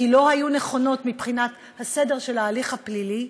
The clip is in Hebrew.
כי הן לא היו נכונות מבחינת הסדר של ההליך הפלילי,